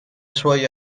suoi